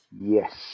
Yes